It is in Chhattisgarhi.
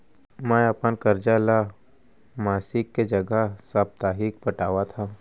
मै अपन कर्जा ला मासिक के जगह साप्ताहिक पटावत हव